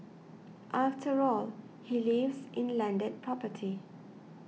after all he lives in landed property